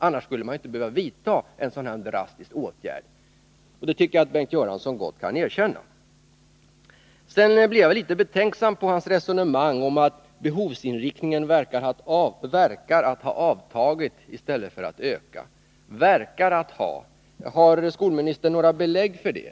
Annars skulle man ju inte behöva vidta en så här drastisk åtgärd. Det tycker jag att Bengt Göransson gott kan erkänna. Sedan blev jag litet betänksam inför hans resonemang om att behovsinriktningen verkar att ha avtagit i stället för att öka. ”Verkar att ha” — har skolministern några belägg för det?